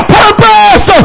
purpose